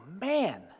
man